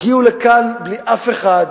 הם הגיעו לכאן בלי אף אחד,